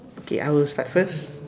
okay I will start first